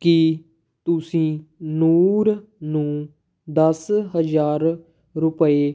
ਕੀ ਤੁਸੀਂ ਨੂਰ ਨੂੰ ਦਸ ਹਜ਼ਾਰ ਰੁਪਏ